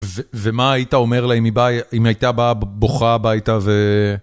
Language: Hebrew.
ומה היית אומר לה אם היא הייתה באה בוכה הביתה ו...